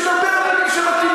יש עוד הרבה רבנים שמתאימים,